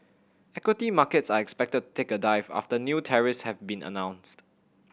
equity markets are expected take a dive after new tariffs have been announced